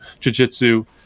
jujitsu